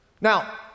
Now